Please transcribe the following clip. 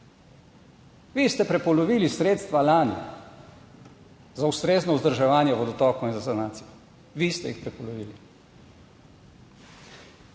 Vi ste prepolovili sredstva lani za ustrezno vzdrževanje vodotokov in za sanacijo. Vi ste jih prepolovili.